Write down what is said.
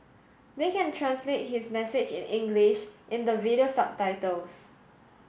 they can translate his message in English in the video subtitles